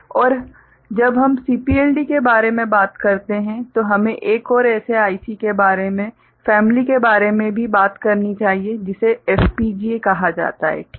और जब हम CPLD के बारे में बात करते हैं तो हमें एक और ऐसे IC के बारे में फ़ैमिली के बारे मे भी बात करनी चाहिए जिसे FPGA कहा जाता है ठीक है